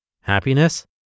Happiness